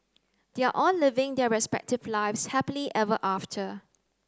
they are all living their respective lives happily ever after